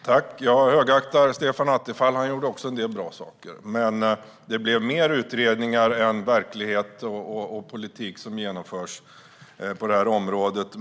Herr talman! Jag högaktar Stefan Attefall. Han gjorde också en del bra saker, men det blev mer utredningar än verklig politik som genomfördes på det här området.